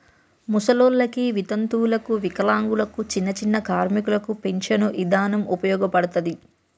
ముసలోల్లకి, వితంతువులకు, వికలాంగులకు, చిన్నచిన్న కార్మికులకు పించను ఇదానం ఉపయోగపడతది